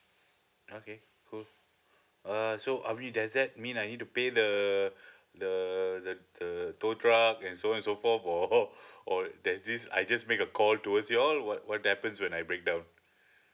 okay cool uh so I mean does that mean I need to pay the the the the tow truck and so on and so forth or or there's this I just make a call towards you all what what happens when I break down